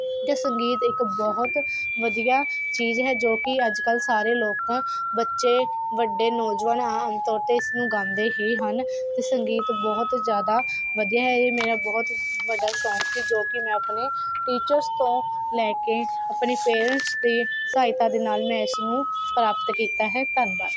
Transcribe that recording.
ਅਤੇ ਸੰਗੀਤ ਇੱਕ ਬਹੁਤ ਵਧੀਆ ਚੀਜ਼ ਹੈ ਜੋ ਕਿ ਅੱਜ ਕੱਲ੍ਹ ਸਾਰੇ ਲੋਕ ਬੱਚੇ ਵੱਡੇ ਨੌਜਵਾਨ ਆਮ ਤੌਰ 'ਤੇ ਇਸ ਨੂੰ ਗਾਉਂਦੇ ਹੀ ਹਨ ਅਤੇ ਸੰਗੀਤ ਬਹੁਤ ਜ਼ਿਆਦਾ ਵਧੀਆ ਇਹ ਮੇਰਾ ਬਹੁਤ ਵੱਡਾ ਸ਼ੌਕ ਸੀ ਜੋ ਕਿ ਮੈਂ ਆਪਣੇ ਟੀਚਰਸ ਤੋਂ ਲੈ ਕੇ ਆਪਣੇ ਪੇਰੈਂਟਸ ਦੀ ਸਹਾਇਤਾ ਦੇ ਨਾਲ ਮੈਂ ਇਸਨੂੰ ਪ੍ਰਾਪਤ ਕੀਤਾ ਹੈ ਧੰਨਵਾਦ